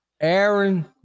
Aaron